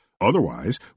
Otherwise